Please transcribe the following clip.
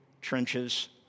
trenches